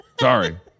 Sorry